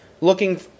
looking